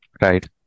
Right